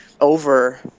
over